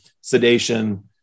sedation